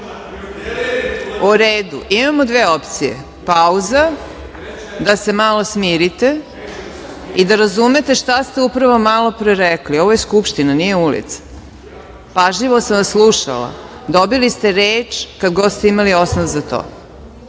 U redu. Imamo dve opcije. Pauza da se malo smirite i da razumete šta ste upravo malopre rekli. Ovo je Skupština, nije ulica. Pažljivo sam vas slušala. Dobili ste reč kad god ste imali osnov za